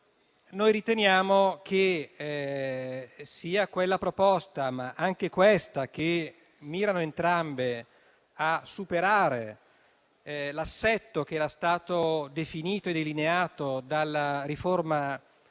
Noi riteniamo che sia quella proposta, sia questa, che mirano entrambe a superare l'assetto definito e delineato dalla riforma